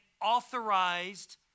authorized